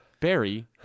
Barry